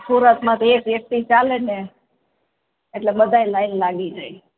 સુરતમાં તો એ ટેસ્ટથી ચાલે ને એટલે બધાય લાઇન લાગી જાય